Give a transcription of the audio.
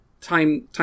time